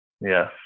Yes